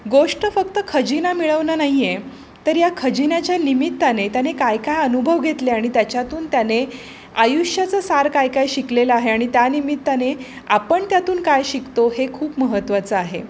गोष्ट फक्त खजिना मिळवणं नाही आहे तर या खजिन्याच्या निमित्ताने त्याने काय काय अनुभव घेतले आणि त्याच्यातून त्याने आयुष्याचं सार काय काय शिकलेलं आहे आणि त्या निमित्ताने आपण त्यातून काय शिकतो हे खूप महत्वाचं आहे